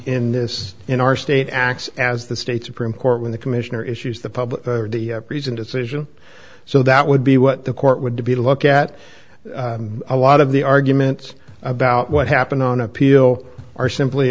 in this in our state acts as the state supreme court when the commissioner issues the pub the recent decision so that would be what the court would be to look at a lot of the arguments about what happened on appeal are simply